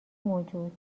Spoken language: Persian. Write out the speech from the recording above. موجود